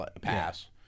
pass